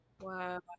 wow